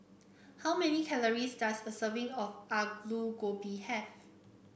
how many calories does a serving of Alu Gobi have